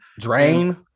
drain